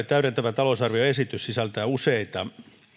täydentävä talousarvioesitys sisältää useita